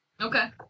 Okay